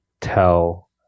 tell